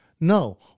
No